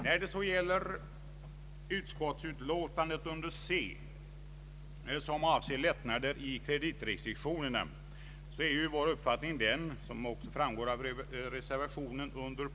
När det så gäller utskottsutlåtandet under C, som avser lättnader i kreditrestriktionerna, är vår uppfattning den som framgår av reservationen 3 )b.